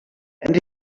and